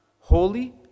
Holy